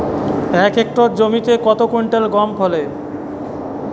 এক হেক্টর জমিতে কত কুইন্টাল গম ফলে?